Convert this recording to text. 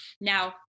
Now